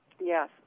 Yes